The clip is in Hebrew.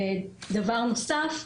דבר נוסף,